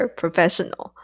professional